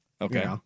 Okay